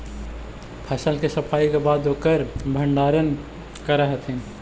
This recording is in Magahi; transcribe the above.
फसल के सफाई के बाद ओकर भण्डारण करऽ हथिन